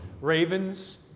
Ravens